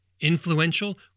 influential